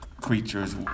creatures